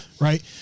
Right